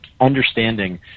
understanding